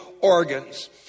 organs